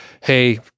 hey